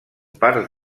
parts